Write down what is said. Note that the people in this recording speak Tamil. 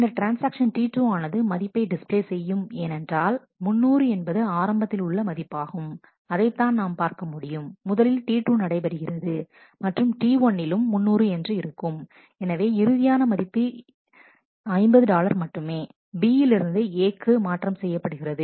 பின்னர் ட்ரான்ஸ்ஆக்ஷன் T2 ஆனது மதிப்பை டிஸ்ப்ளே செய்யும் ஏனென்றால் 300 என்பது ஆரம்பத்தில் உள்ள மதிப்பாகும் அதைத்தான் நாம் பார்க்க முடியும் முதலில் T2 நடைபெறுகிறது மற்றும் T1 லும் 300 என்று இருக்கும் எனவே இறுதியான மதிப்பு ஏனென்றால் 50 டாலர் மட்டுமே B யில் இருந்து A க்கு மாற்றம் செய்யப்படுகிறது